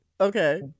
okay